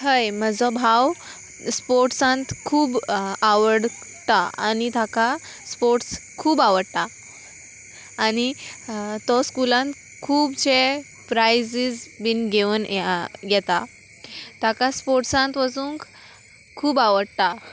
हय म्हजो भाव स्पोर्ट्सांत खूब आवडटा आनी ताका स्पोर्ट्स खूब आवडटा आनी तो स्कुलांत खुबशे प्रायजीस बीन घेवन येता ताका स्पोर्ट्सांत वचूंक खूब आवडटा